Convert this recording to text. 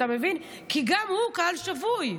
כי גם הוא קהל שבוי,